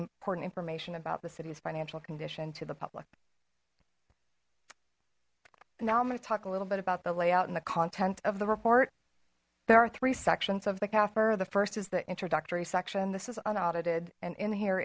important information about the city's financial condition to the public now i'm going to talk a little bit about the layout and the content of the report there are three sections of the capper the first is the introductory section this is unaudited and in here